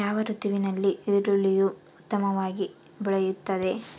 ಯಾವ ಋತುವಿನಲ್ಲಿ ಈರುಳ್ಳಿಯು ಉತ್ತಮವಾಗಿ ಬೆಳೆಯುತ್ತದೆ?